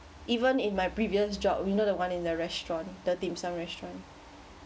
even in my previous job you know the one in the restaurant the dim sum restaurant